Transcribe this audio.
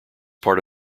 part